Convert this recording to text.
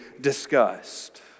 discussed